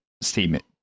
statement